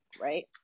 right